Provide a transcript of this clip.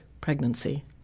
pregnancy